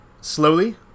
slowly